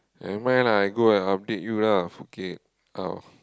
nevermind lah I go and update you lah foot K out